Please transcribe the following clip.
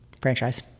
franchise